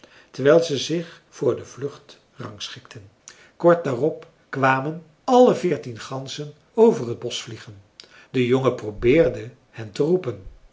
terwijl ze zich voor de vlucht rangschikten kort daarop kwamen alle veertien ganzen over het bosch vliegen de jongen probeerde hen te roepen